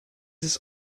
ist